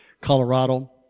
Colorado